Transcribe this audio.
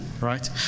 right